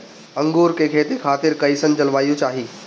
अंगूर के खेती खातिर कइसन जलवायु चाही?